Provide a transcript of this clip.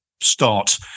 start